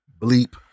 bleep